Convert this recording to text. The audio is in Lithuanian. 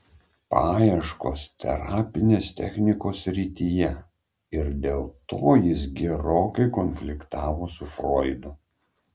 paieškos terapinės technikos srityje ir dėl to jis gerokai konfliktavo su froidu